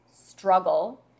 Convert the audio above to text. struggle